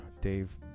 Dave